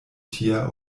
tia